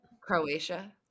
Croatia